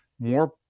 more